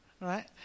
Right